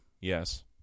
yes